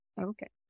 Okay